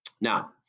Now